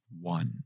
one